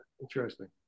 interesting